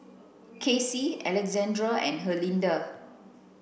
Cassie Alessandra and Herlinda